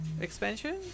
expansion